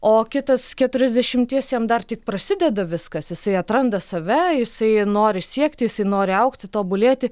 o kitas keturiasdešimties jam dar tik prasideda viskas jisai atranda save jisai nori siekti jisai nori augti tobulėti